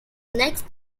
next